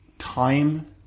Time